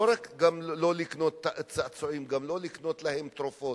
לא רק לא לקנות צעצועים, גם לא לקנות להם תרופות,